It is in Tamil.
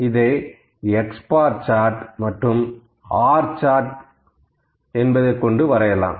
இதை x பார் சார்ட் மற்றும் R சார்ட் களில் வரையலாம்